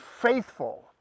faithful